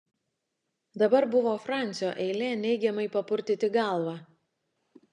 dabar buvo francio eilė neigiamai papurtyti galvą